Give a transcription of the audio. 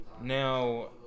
Now